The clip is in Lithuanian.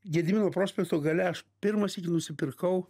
gedimino prospekto gale aš pirmą sykį nusipirkau